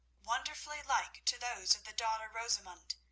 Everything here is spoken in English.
wonderfully like to those of the daughter rosamund.